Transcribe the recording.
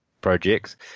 projects